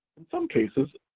in some cases,